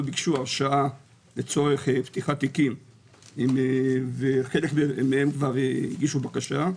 ביקשו הרשאה לצורך פתיחת תיקים וחלק מהם כבר הגישו בקשה.